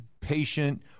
patient